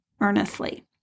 earnestly